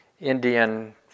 Indian